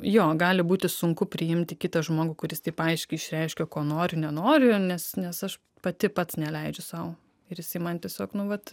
jo gali būti sunku priimti kitą žmogų kuris taip aiškiai išreiškia ko nori nenori nes nes aš pati pats neleidžiu sau ir jisai man tiesiog nu vat